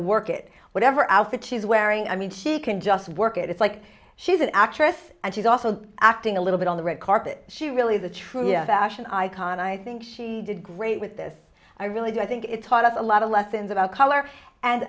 work it whatever outfit she's wearing i mean she can just work it it's like she's an actress and she's also acting a little bit on the red carpet she really the true hero of action icon i think she did great with this i really do i think it's taught us a lot of lessons about color and